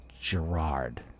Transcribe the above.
Gerard